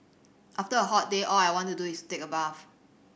after a hot day all I want to do is take a bath